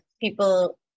people